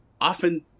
often